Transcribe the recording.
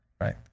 right